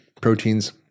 proteins